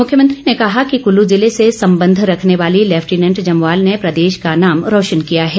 मुख्यमंत्री ने कहा कि कुल्लू जिले से संबंध रखने वाली लैफिटनेंट जमवाल ने प्रदेश का नाम रौशन किया है